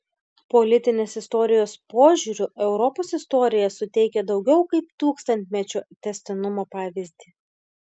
politinės istorijos požiūriu europos istorija suteikia daugiau kaip tūkstantmečio tęstinumo pavyzdį